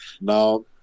now